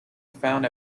found